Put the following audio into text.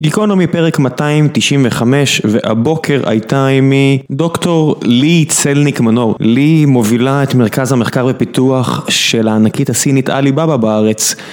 גיקונומי פרק 295, והבוקר הייתה עימי דוקטור להי צלניק מנור. ליהי מובילה את מרכז המחקר ופיתוח של הענקית הסינית עליבאבא בארץ.